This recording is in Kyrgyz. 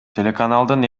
телеканалдын